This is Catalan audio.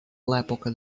l’època